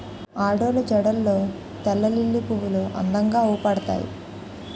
ఆడోళ్ళు జడల్లో తెల్లలిల్లి పువ్వులు అందంగా అవుపడతాయి